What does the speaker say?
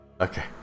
Okay